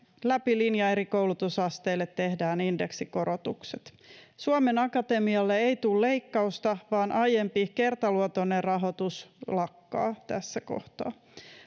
läpi linjan eri koulutusasteille tehdään indeksikorotukset suomen akatemialle ei tule leikkausta vaan aiempi kertaluontoinen rahoitus lakkaa tässä kohtaa